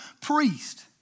priest